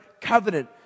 covenant